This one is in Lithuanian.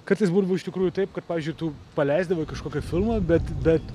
kartais būdavo iš tikrųjų taip kad pavyzdžiui tu paleisdavai kažkokį filmą bet bet